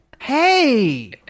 Hey